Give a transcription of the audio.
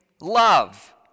love